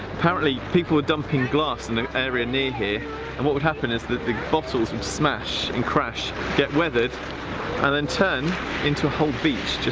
apparently, people were dumping glass in the area near here and what would happen is that the bottles would smash and crash get weathered and then turn into a whole beach,